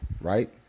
right